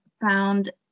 found